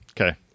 okay